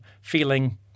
feeling